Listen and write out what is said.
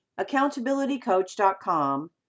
accountabilitycoach.com